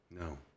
No